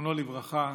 זיכרונו לברכה,